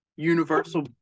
universal